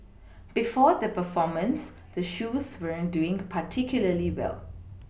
before the performance the shoes weren't doing particularly well